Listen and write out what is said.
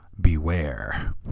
beware